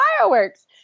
fireworks